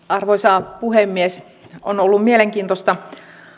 arvoisa puhemies on ollut mielenkiintoista